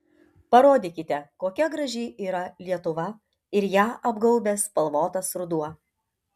parodykite kokia graži yra lietuva ir ją apgaubęs spalvotas ruduo